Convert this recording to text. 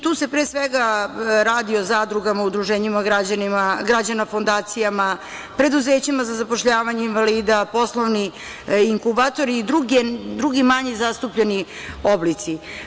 Tu se pre svega radi o zadrugama, udruženjima građana, fondacijama, preduzećima za zapošljavanje invalida, poslovni inkubatori i drugi manje zastupljeni oblici.